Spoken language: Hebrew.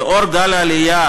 לאור גל העלייה,